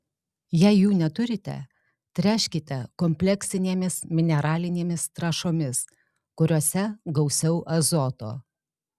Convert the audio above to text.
jei jų neturite tręškite kompleksinėmis mineralinėmis trąšomis kuriose gausiau azoto